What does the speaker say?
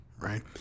right